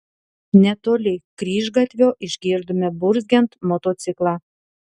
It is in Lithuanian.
netoli kryžgatvio išgirdome burzgiant motociklą